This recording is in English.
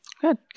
Good